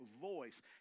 voice